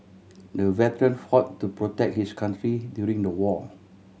the veteran fought to protect his country during the war